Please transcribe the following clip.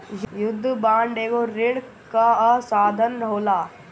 युद्ध बांड एगो ऋण कअ साधन होला